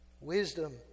Wisdom